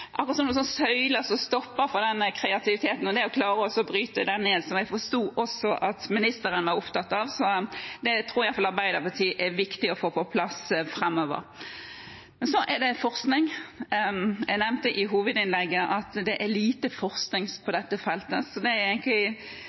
den kreativiteten, og det å klare å bryte dem ned, som jeg forsto også ministeren var opptatt av, tror i alle fall Arbeiderpartiet er viktig å få plass framover. Så er det forskning. Jeg nevnte i hovedinnlegget at det er lite forskning på dette feltet. Jeg har to utfordringer igjen: Det ene som jeg ønsker at statsråden sier noe om, er